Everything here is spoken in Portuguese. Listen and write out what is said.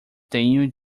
tenho